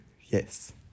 Yes